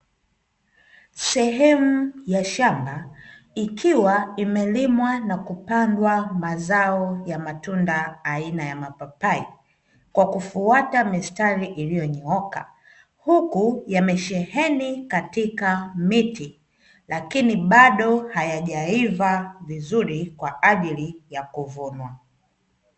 Sehemu ya shamba ikiwa imelimwa na kupandwa mazao ya matunda aina ya mapapai. kwa kufuata mistari iliyonyooka huku yamesheheni katika miti lakini bado hayajaiva vizuri kwa ajili ya kuvunwa.